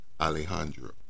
Alejandro